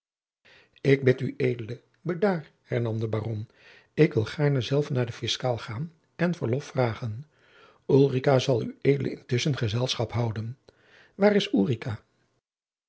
ik bid ued bedaar hernam de baron ik wil gaarne zelf naar den fiscaal gaan en verlof vragen ulrica zal ued intusschen gezelschap houden waar is